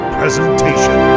presentation